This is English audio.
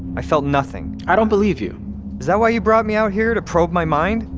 i felt nothing i don't believe you is that why you brought me out here, to probe my mind?